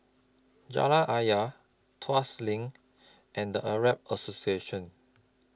Jalan Ayer Tuas LINK and Arab Association